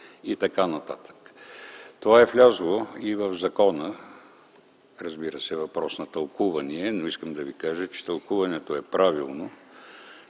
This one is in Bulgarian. и турци, и т.н. Това е влязло и в закона. Разбира се, въпрос на тълкуване е, но искам да Ви кажа, че тълкуването е правилно.